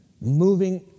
Moving